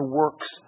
works